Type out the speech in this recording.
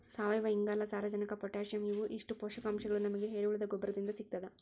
ಸಾವಯುವಇಂಗಾಲ, ಸಾರಜನಕ ಪೊಟ್ಯಾಸಿಯಂ ಇವು ಇಷ್ಟು ಪೋಷಕಾಂಶಗಳು ನಮಗ ಎರೆಹುಳದ ಗೊಬ್ಬರದಿಂದ ಸಿಗ್ತದ